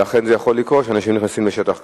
ולכן יכול לקרות שאנשים נכנסים לשטח כזה.